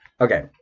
Okay